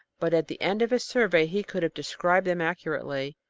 but at the end of his survey he could have described them accurately.